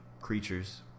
creatures